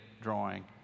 drawing